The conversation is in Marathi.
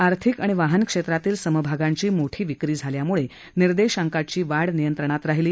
आर्थिक आणि वाहन क्षेत्रातील समभागांची मोठी विक्री झाल्याम्ळे निर्देशांकाची वाढ नियंत्रणात राहिली